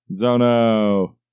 Zono